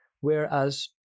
Whereas